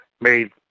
made